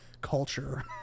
culture